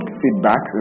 feedback